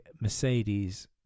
Mercedes